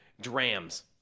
drams